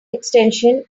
extension